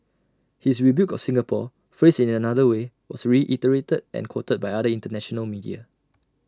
his rebuke of Singapore phrased in another way was reiterated and quoted by other International media